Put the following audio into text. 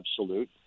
absolute